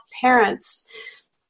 parents